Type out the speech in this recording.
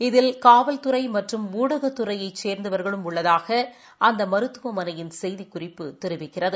இதில் காவல்துறைமற்றும் ஊடகத்துறையேசேர்ந்தவர்களும் உள்ளதாகஅந்தமருத்துவமனையின் செய்திக்குறிப்பு தெரிவிக்கிறது